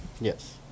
Yes